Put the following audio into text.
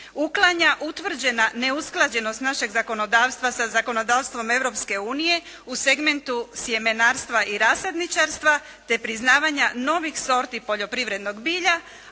uklanja utvrđena neusklađenost našeg zakonodavstva sa zakonodavstvom Europske unije u segmentu sjemenarstva i rasadničarstva, te priznavanja novih sorti poljoprivrednog bilja.